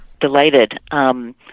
Delighted